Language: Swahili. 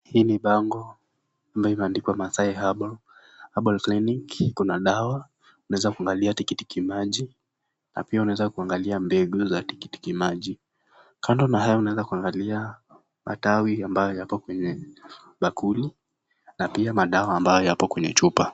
Hii ni bango ambayo imeandikwa Maasai Herbal Clinic kuna dawa tunaweza kuangalia tikitiki maji na pia unaweza kuangalia mbegu za tikitiki maji. Kando na hayo unaweza kuangalia matawi hapo kwenye bakuli na pia madawa ambayo yapo kwenye chupa.